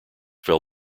fell